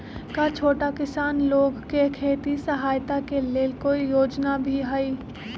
का छोटा किसान लोग के खेती सहायता के लेंल कोई योजना भी हई?